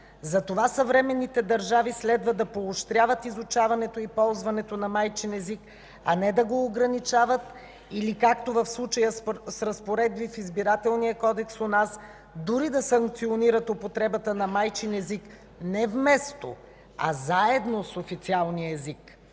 Затова съвременните държави следва да поощряват изучаването и ползването на майчин език, а не да го ограничават или, както в случая с разпоредби в Избирателния кодекс у нас, дори да санкционират употребата на майчин език не вместо, а заедно с официалния език.